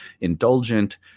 indulgent